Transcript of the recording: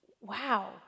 wow